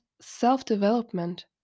self-development